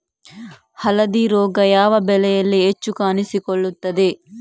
ಹಳದಿ ರೋಗ ಯಾವ ಬೆಳೆಯಲ್ಲಿ ಹೆಚ್ಚು ಕಾಣಿಸಿಕೊಳ್ಳುತ್ತದೆ?